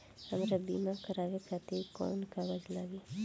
हमरा बीमा करावे खातिर कोवन कागज लागी?